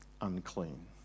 unclean